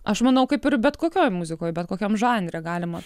aš manau kaip ir bet kokioj muzikoj bet kokiam žanre galima